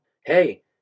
Hey